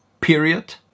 period